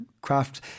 craft